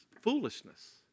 foolishness